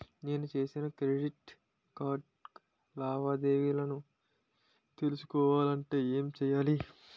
నేను చేసిన credit card లావాదేవీలను తెలుసుకోవాలంటే ఏం చేయాలి?